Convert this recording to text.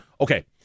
Okay